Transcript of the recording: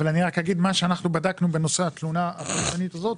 אבל אני רק אגיד שמה שאנחנו בדקנו בנושא התלונה הפרטנית הזאת,